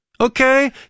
Okay